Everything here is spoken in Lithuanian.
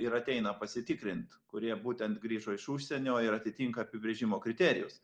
ir ateina pasitikrint kurie būtent grįžo iš užsienio ir atitinka apibrėžimo kriterijus